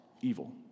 evil